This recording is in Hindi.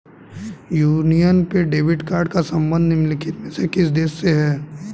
यूनियन पे डेबिट कार्ड का संबंध निम्नलिखित में से किस देश से है?